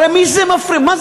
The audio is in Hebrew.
הרי מה זה הווד"לים?